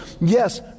Yes